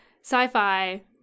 sci-fi